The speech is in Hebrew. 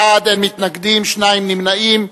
15 בעד, אין מתנגדים, שניים נמנעים.